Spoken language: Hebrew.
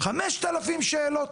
5,000 שאלות?